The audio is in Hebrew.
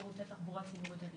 שירותי תחבורה ציבורית.